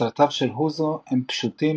סרטיו של אוזו הם פשוטים,